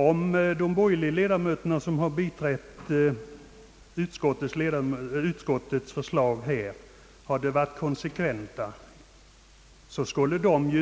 Om de borgerliga ledamöter som nu biträtt utskottets hemställan på denna punkt hade varit konsekventa, borde de ha